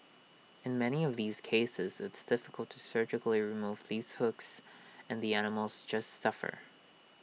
in many of these cases it's difficult to surgically remove these hooks and the animals just suffer